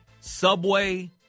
Subway